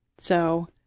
so,